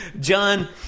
John